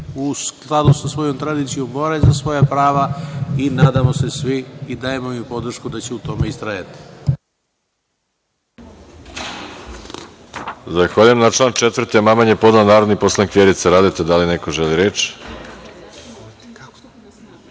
u skladu sa svojom tradicijom, bore za svoja prava i nadamo se svi i dajemo im podršku da će u tome istrajati.